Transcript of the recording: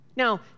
Now